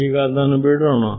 ಈಗ ಅದನ್ನು ಬಿಡೋಣ